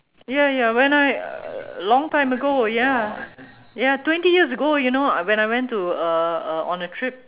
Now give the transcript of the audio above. ya ya when I long time ago ya ya twenty years ago you know when I went to uh uh on a trip